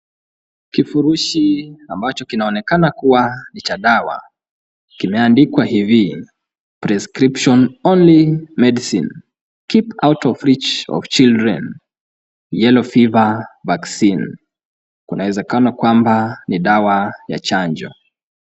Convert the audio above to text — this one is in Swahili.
Kifurushi ambacho kinaonekana kuwa ni cha dawa kimeandikwa hivi, PRESCRIPTION ONLY MEDICINE, KEEP OUT OF REACH OF CHILDREN, YELLO FEVER VACCINE , kuna uwezekano kwamba ni dawa ya chanjo.